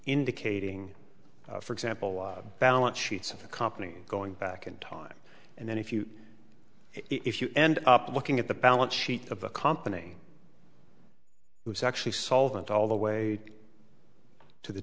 indicating for example balance sheets of the company going back in time and then if you if you end up looking at the balance sheet of a company who is actually solvent all the way to the